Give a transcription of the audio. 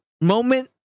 moment